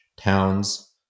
Towns